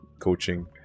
coaching